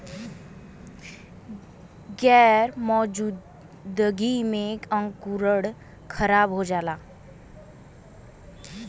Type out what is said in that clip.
गैर मौजूदगी में अंकुरण खराब हो जाला